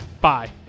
bye